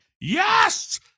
Yes